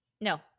No